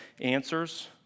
answers